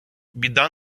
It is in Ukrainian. біда